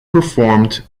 performed